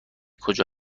کجا